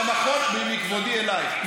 מכבודי אלייך,